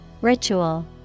Ritual